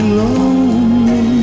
lonely